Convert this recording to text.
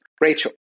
Rachel